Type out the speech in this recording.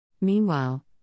Meanwhile